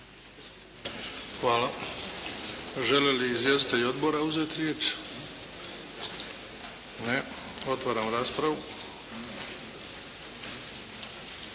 Hvala. Žele li izvjestitelji Odbora uzeti riječ? Ne. Otvaram raspravu.